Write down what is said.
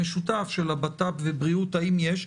המשותף, של הבט"פ ובריאות, האם יש?